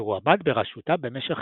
והוא עמד בראשותה במשך